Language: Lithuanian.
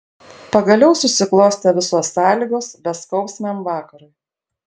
pagaliau susiklostė visos sąlygos beskausmiam vakarui